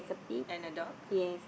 and a dog